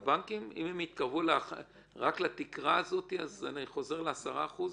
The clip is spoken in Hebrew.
אם הבנקים יתקרבו לתקרה הזאת, אני חוזר ל-10%.